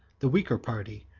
the weaker party,